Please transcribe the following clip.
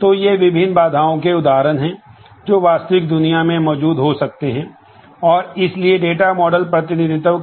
तो ये विभिन्न बाधाओं के उदाहरण हैं जो वास्तविक दुनिया में मौजूद हो सकती हैं और इसलिए डेटा मॉडल